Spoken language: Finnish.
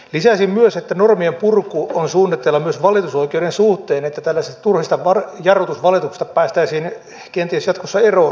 lisäisin myös että normien purku on suunnitteilla myös valitusoikeuden suhteen niin että tällaisista turhista jarrutusvalituksista päästäisin kenties jatkossa eroon